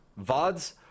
VODs